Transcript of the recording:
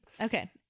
okay